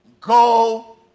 go